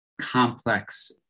complex